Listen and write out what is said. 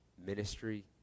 Ministry